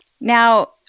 Now